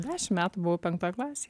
dešim metų buvau penktoj klasėj